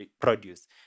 produce